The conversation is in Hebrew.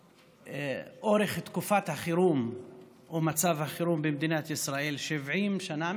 באורך תקופת החירום ומצב החירום במדינת ישראל: 70 שנה,